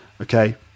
Okay